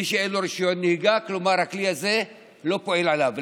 מי שאין לו רישיון נהיגה, הכלי הזה לא פועל עליו.